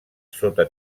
sota